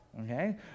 Okay